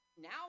now